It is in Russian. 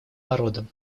народом